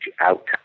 out